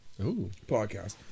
Podcast